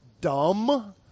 dumb